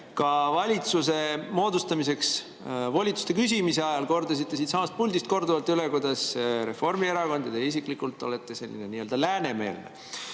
Ka valitsuse moodustamiseks volituste küsimise ajal kordasite siitsamast puldist korduvalt üle, kuidas Reformierakond ja teie isiklikult olete nii-öelda läänemeelne.